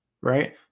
right